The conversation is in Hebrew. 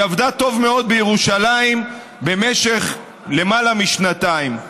היא עבדה טוב מאוד בירושלים במשך למעלה משנתיים,